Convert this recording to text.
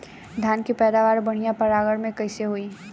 धान की पैदावार बढ़िया परागण से कईसे होई?